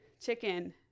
chicken